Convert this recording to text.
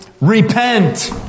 Repent